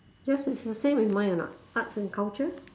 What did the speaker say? yours is the same with mine or not arts and culture